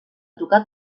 tocà